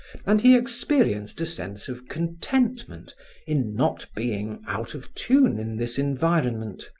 and he experienced a sense of contentment in not being out of tune in this environment,